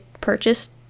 purchased